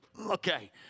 Okay